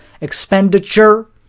expenditure